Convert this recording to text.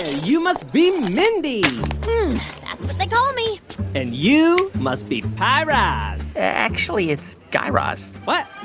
ah you must be mindy that's what they call me and you must be pie raz actually, it's guy raz what?